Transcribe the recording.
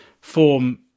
form